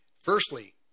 firstly